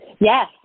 Yes